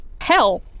Hell